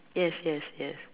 yes yes yes